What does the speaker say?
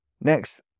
Next